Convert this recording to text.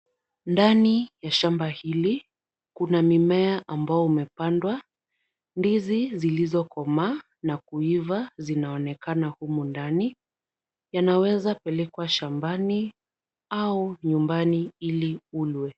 Ndani ya shamba hili kuna mimea ambao umepandwa. Ndizi zilizokomaa na kuiva zinaonekana humu ndani. Yanaweza pelekwa shambani au nyumbani ili ukulwe.